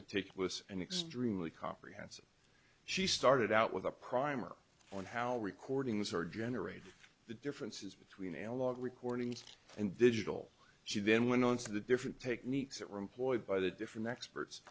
meticulous and extremely comprehensive she started out with a primer on how recordings are generated the differences between analog recordings and digital she then went on to the different take needs that were employed by the different experts